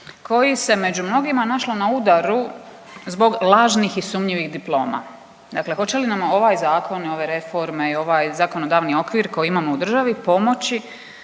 koji se među mnogima našlo na udaru zbog lažnih i sumnjivih diploma. Dakle, hoće li nam ovaj zakon i ove reforme i ovaj zakonodavni okvir koji imamo u državi pomoći